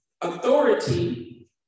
authority